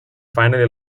final